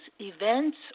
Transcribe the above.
events